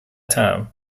time